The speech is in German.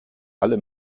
alle